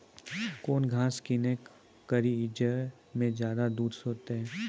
कौन घास किनैल करिए ज मे ज्यादा दूध सेते?